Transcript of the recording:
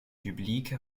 publique